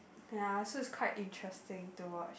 ya so it's quite interesting to watch